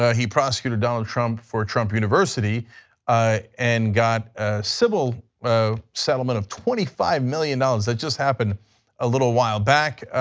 ah he prosecuted donald trump for trump university and got a civil settlement of twenty five million dollars, that just happened a little while back,